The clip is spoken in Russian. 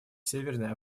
северной